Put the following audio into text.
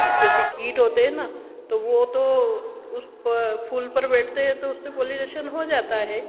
जैसे कीट होते हैं ना तो वह तो उस पर फूल पर बैठते हैं तो उससे पॉलिनेशन हो जाता हैं